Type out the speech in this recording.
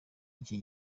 iki